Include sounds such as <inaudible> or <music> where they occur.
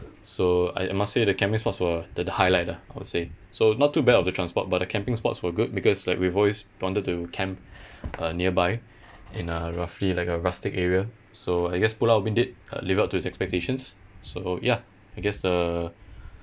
so I I must say the camping spots were the the highlight lah I would say so not too bad of the transport but the camping spots were good because like we've always wanted to camp <breath> uh nearby and uh roughly like a rustic area so I guess pulau ubin did uh live up to its expectations so ya I guess the